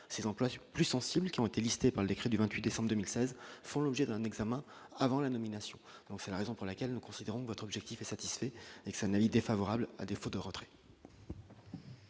ces emplois plus sensibles qui ont été listés par le décret du 28 décembre 2016 font l'objet d'un examen avant la nomination, donc c'est la raison pour laquelle nous considérons votre objectif est satisfait et ça n'a l'idée favorable à défaut de rentrer.